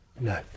No